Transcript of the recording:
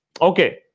Okay